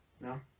No